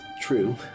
true